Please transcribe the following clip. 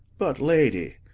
but, lady,